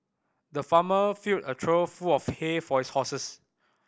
the farmer filled a trough full of hay for his horses